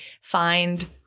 find